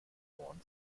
ohren